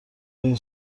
این